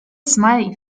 smiling